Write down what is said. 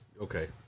Okay